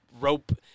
rope